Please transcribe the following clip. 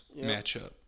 matchup